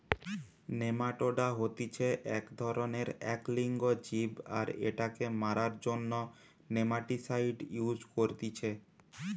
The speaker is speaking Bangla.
নেমাটোডা হতিছে এক ধরণেরএক লিঙ্গ জীব আর এটাকে মারার জন্য নেমাটিসাইড ইউস করতিছে